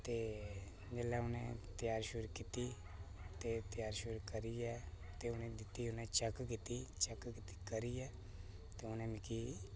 ते जेल्लै उनें त्यार कीती ते त्यार करियै उनें दित्ती ते चेक कीती ते चेक करियै ते उनें मिगी